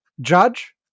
judge